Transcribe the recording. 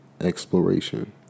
exploration